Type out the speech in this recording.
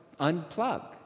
unplug